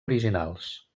originals